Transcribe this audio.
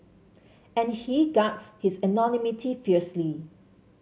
and he guards his anonymity fiercely